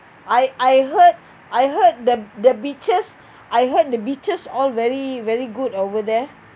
I I heard I heard the the beaches I heard the beaches all very very good over there